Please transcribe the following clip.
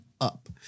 up